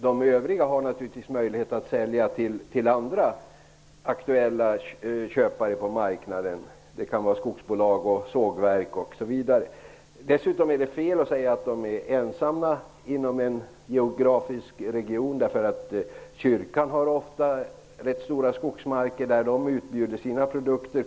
De övriga har naturligtvis möjlighet att sälja till andra aktuella köpare på marknaden. Det kan vara skogsbolag, sågverk osv. Dessutom är det fel att säga att de är ensamma inom en geografisk region. Kyrkan har ofta rätt stora skogsmarker där de utbjuder sina produkter.